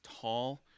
tall